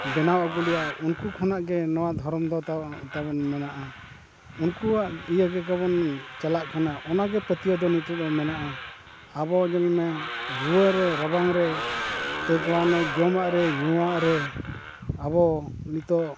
ᱵᱮᱱᱟᱣ ᱟᱹᱜᱩ ᱞᱮᱜᱼᱟ ᱩᱱᱠᱩ ᱠᱷᱚᱱᱟᱜ ᱜᱮ ᱱᱚᱣᱟ ᱫᱷᱚᱨᱚᱢ ᱫᱚ ᱛᱟᱵᱚᱱ ᱢᱮᱱᱟᱜᱼᱟ ᱩᱱᱠᱩᱣᱟᱜ ᱤᱭᱟᱹ ᱜᱮᱛᱟ ᱵᱚᱱ ᱪᱟᱞᱟᱜ ᱠᱟᱱᱟ ᱚᱱᱟᱜᱮ ᱯᱟᱹᱛᱭᱟᱹᱣ ᱫᱚ ᱛᱟᱵᱚᱱ ᱢᱮᱱᱟᱜᱼᱟ ᱟᱵᱚ ᱧᱮᱞᱢᱮ ᱨᱩᱣᱟᱹ ᱨᱮ ᱨᱟᱵᱟᱝ ᱨᱮ ᱛᱮ ᱵᱟᱝ ᱡᱚᱢᱟᱜ ᱨᱮ ᱧᱩᱣᱟᱜ ᱨᱮ ᱟᱵᱚ ᱱᱤᱛᱚᱜ